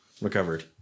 recovered